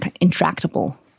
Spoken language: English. intractable